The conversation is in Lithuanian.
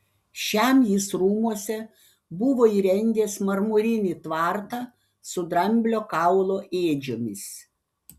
šiam jis rūmuose buvo įrengęs marmurinį tvartą su dramblio kaulo ėdžiomis